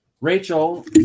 Rachel